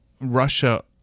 Russia